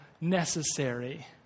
necessary